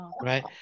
Right